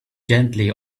gently